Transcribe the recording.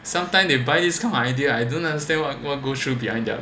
sometime they buy this kind of idea I don't understand what will go through behind their